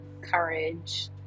courage